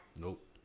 Nope